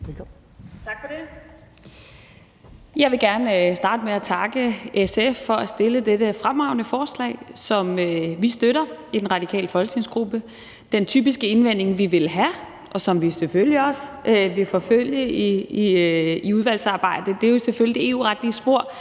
Jeg vil gerne starte med at takke SF for at fremsætte dette fremragende forslag, som vi i den radikale folketingsgruppe støtter. Den typiske indvending, vi ville have, og som vi selvfølgelig også vil forfølge i udvalgsarbejdet, er selvfølgelig det EU-retlige spor,